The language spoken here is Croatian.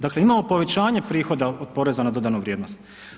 Dakle imamo povećanje prihoda od poreza na dodanu vrijednost.